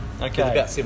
Okay